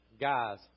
Guys